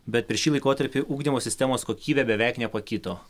bet per šį laikotarpį ugdymo sistemos kokybė beveik nepakito